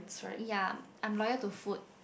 ya I'm loyal to food